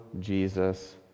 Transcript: Jesus